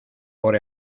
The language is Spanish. por